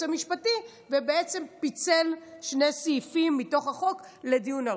המשפטי ובעצם פיצל שני סעיפים מתוך החוק לדיון ארוך.